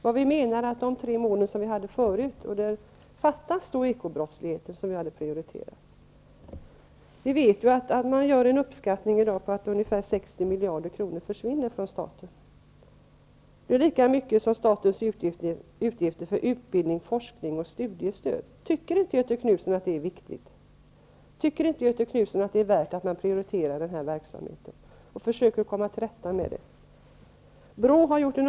Det vi menar är att bland de tre mål som vi hade förut fattas kampen mot ekobrottsligheten, som vi hade prioriterat. Vi vet att man gör uppskattningen att ungefär 60 miljarder kronor försvinner från staten. Det är lika mycket som statens utgifter för utbildning, forskning och studiestöd. Tycker inte Göthe Knutson att det är viktigt? Tycker inte Göthe Knutson att det är värt att man prioriterar denna verksamhet och försöker komma till rätta med ekobrottsligheten?